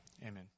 amen